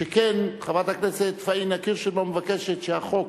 שכן חברת הכנסת פאינה קירשנבאום מבקשת שהחוק